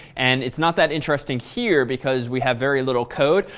and it's not that interesting here because we have very little code,